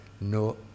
no